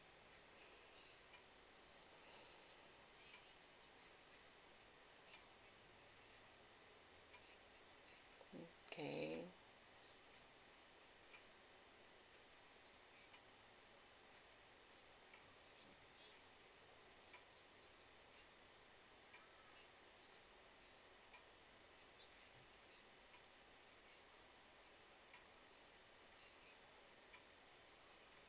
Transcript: okay